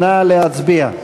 נא להצביע.